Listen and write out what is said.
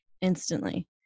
instantly